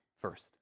first